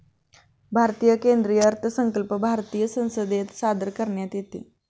भारतीय केंद्रीय अर्थसंकल्प भारतीय संसदेत सादर करण्यात येतो